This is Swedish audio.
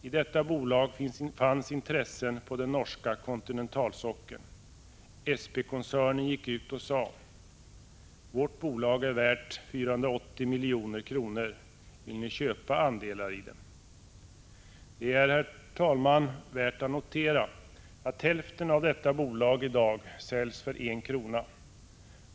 I detta bolag fanns intressen på den norska kontinentalsockeln. SP-koncernen gick ut och sade: Vårt bolag är värt 480 milj.kr. Vill ni köpa andelar i det? Det är, herr talman, värt att notera att hälften av detta bolag i dag säljs för en krona.